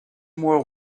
more